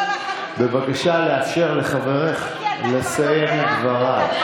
בבקשה לאפשר לחברך לסיים את דבריו.